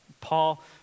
Paul